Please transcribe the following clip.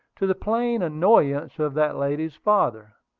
to the plain annoyance of that lady's father.